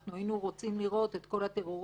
אנחנו היינו רוצים לראות את כל הטרוריסטים